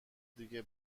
دیگه